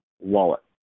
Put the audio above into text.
wallet